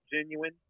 genuine